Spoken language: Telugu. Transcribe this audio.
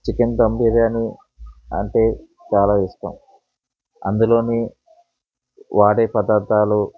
చికెన్ ధమ్ బిర్యానీ అంటే చాలా ఇష్టం అందులోనీ వాడే పదార్థాలు